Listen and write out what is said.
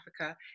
Africa